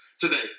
today